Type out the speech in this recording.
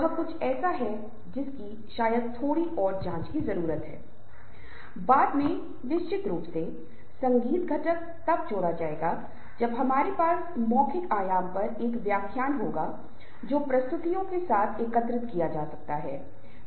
इसलिए आज मैं समूहों से संबंधित बातों और समूहों के प्रकार और वास्तव में समूह और डायनामिक्स क्या हैं इसके बारे में विस्तार से चर्चा करने जा रहा हूं